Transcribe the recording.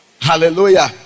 hallelujah